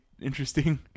interesting